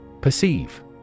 Perceive